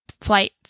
flight